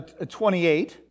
28